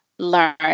learn